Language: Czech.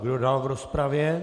Kdo dál v rozpravě?